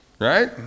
right